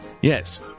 Yes